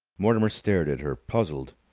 mortimer stared at her, puzzled.